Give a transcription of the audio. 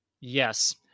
yes